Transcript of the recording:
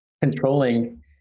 controlling